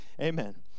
Amen